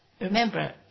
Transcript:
remember